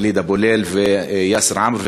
וליד אבו ליל ויאסר עומר,